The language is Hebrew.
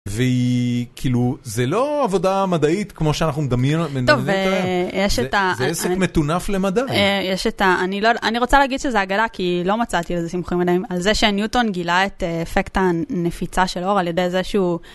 והיא.. כאילו זה לא עבודה מדעית כמו שאנחנו מדמיינים, טוב אה.. אה.. יש את ה.. זה עסק מטונף למדי. אני רוצה להגיד שזה עגלה כי לא מצאתי איזה סימוכים מדעיים על זה שניוטון גילה את האפקט הנפיצה של אור על ידי איזשהו...